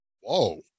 Whoa